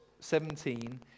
17